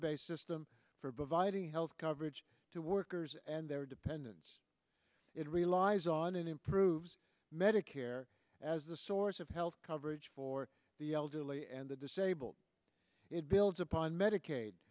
based system for via the health coverage to workers and their dependents it relies on it improves medicare as the source of health coverage for the elderly and the disabled it builds upon medicaid